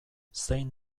zein